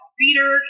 reader